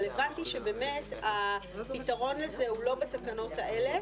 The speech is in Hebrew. אבל הבנתי שבאמת הפתרון הזה הוא לא בתקנות האלה,